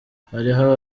hariho